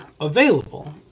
available